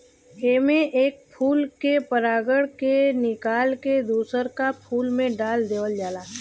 एमे एक फूल के परागण के निकाल के दूसर का फूल में डाल देवल जाला